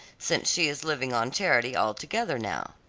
since she is living on charity altogether now.